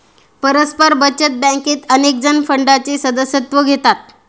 परस्पर बचत बँकेत अनेकजण फंडाचे सदस्यत्व घेतात